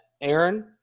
Aaron